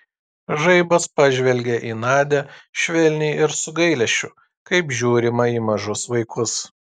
žaibas pažvelgė į nadią švelniai ir su gailesčiu kaip žiūrima į mažus vaikus